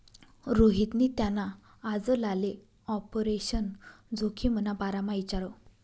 रोहितनी त्याना आजलाले आपरेशन जोखिमना बारामा इचारं